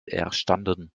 erstanden